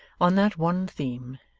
on that one theme,